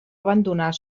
abandonar